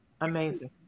Amazing